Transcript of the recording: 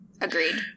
Agreed